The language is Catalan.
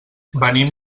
venim